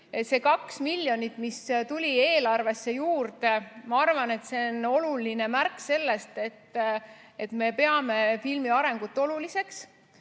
See kaks miljonit, mis tuli eelarvesse juurde, on minu arvates oluline märk sellest, et me peame filmi arengut oluliseks,